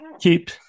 Keep